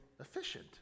efficient